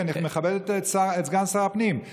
כי אני מכבד את סגן שר הפנים,